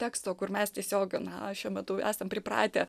teksto kur mes tiesiog na šiuo metu esam pripratę